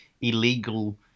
illegal